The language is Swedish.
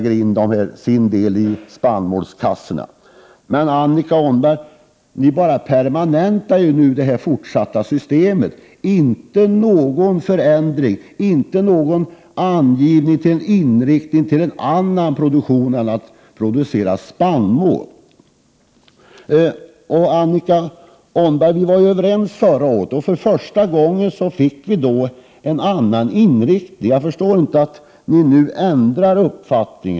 Annika Åhnberg, ni bara permanentar systemet. Det innebär inte någon förändring och innehåller inte någon antydan om inriktning på annan produktion än spannmål. Vi var överens förra året, Annika Åhnberg. Vi fick då för första gången en annan inriktning. Jag förstår inte varför ni nu ändrar uppfattning.